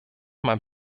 mein